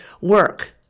work